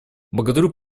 благодарю